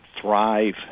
thrive